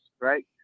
right